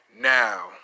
Now